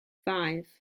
five